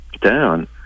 down